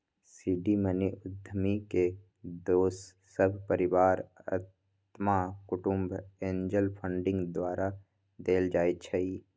seed money उद्यमी के दोस सभ, परिवार, अत्मा कुटूम्ब, एंजल फंडिंग द्वारा देल जाइ छइ